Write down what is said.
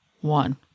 one